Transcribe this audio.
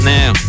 now